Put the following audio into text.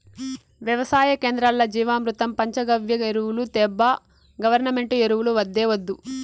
వెవసాయ కేంద్రాల్ల జీవామృతం పంచగవ్య ఎరువులు తేబ్బా గవర్నమెంటు ఎరువులు వద్దే వద్దు